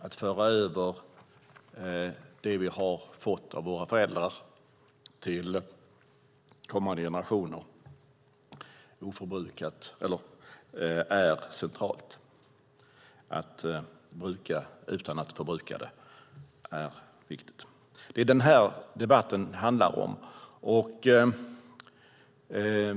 Att föra över det vi har fått av våra föräldrar till kommande generationer är centralt. Att bruka utan att förbruka det är viktigt. Det är detta debatten handlar om.